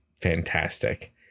fantastic